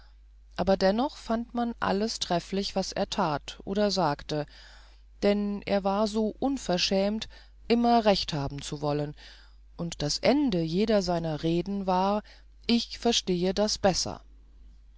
aber dennoch fand man alles trefflich was er tat oder sagte denn er war so unverschämt immer recht haben zu wollen und das ende jeder seiner reden war ich verstehe das besser